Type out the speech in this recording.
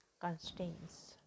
constraints